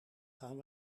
gaan